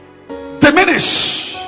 Diminish